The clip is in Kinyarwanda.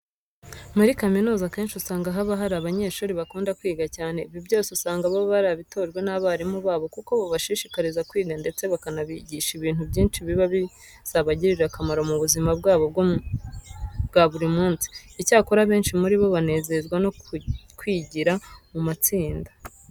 Muri kaminuza akenshi usanga haba hari abanyeshuri bakunda kwiga cyane. Ibi byose usanga baba barabitojwe n'abarimu babo kuko babashishikariza kwiga ndetse bakanabigisha ibintu byinshi biba bizabagirira akamaro mu buzima bwabo bwa buri munsi. Icyakora benshi muri bo banezezwa no kwigira mu matsinda.